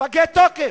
פגי תוקף.